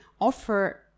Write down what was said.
offer